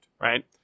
right